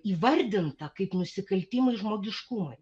įvardinta kaip nusikaltimai žmogiškumui